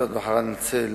נמסרה